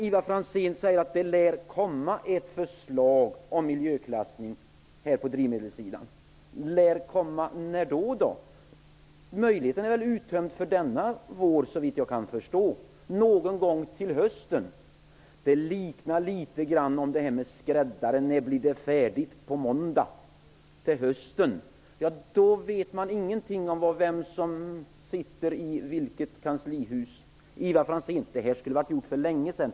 Ivar Franzén säger att det lär komma ett förslag om miljöklassning på drivmedelssidan. ''Lär komma'' när? Möjligheterna är väl uttömda för denna vår, såvitt jag förstår. Är det någon gång till hösten? Det liknar litet grand historien om skräddaren: Det blir färdigt på måndag. Till hösten vet man ingenting om vem som sitter i kanslihuset. Det här skulle ha varit gjort för länge sedan.